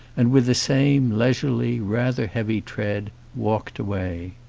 and with the same leisurely, rather heavy tread, walked away.